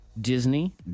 Disney